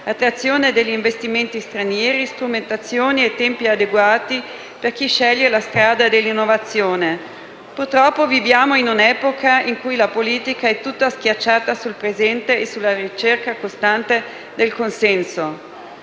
attrazione degli investimenti stranieri, strumentazioni e tempi adeguati per chi sceglie la strada dell'innovazione. Purtroppo viviamo in un'epoca in cui la politica è tutta schiacciata sul presente e sulla ricerca costante del consenso.